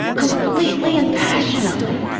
completely and passionately.